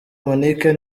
monique